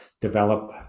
develop